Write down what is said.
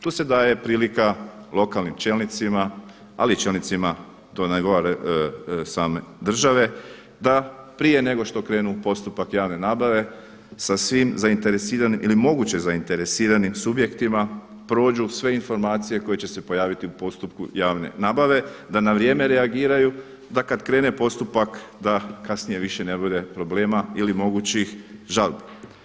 Tu se daje prilika lokalnim čelnicima li i čelnicima same države da prije nego što krenu u postupak javne nabave sa svim zainteresiranim ili moguće zainteresiranim subjektima prođu sve informacije koje će se pojaviti u postupku javne nabave, da na vrijeme reagiraju kada krene postupak da kasnije više ne bude problema ili mogućih žalbi.